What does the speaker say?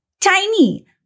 Tiny